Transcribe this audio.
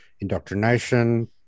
indoctrination